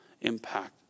impact